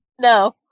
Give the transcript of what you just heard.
No